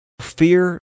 fear